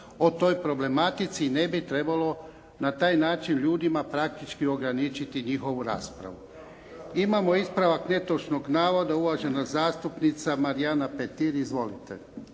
o toj problematici i ne bi trebalo na taj način ljudima praktički ograničiti njihovu raspravu. Imamo ispravak netočnog navoda, uvažena zastupnica Marijana Petir. Izvolite.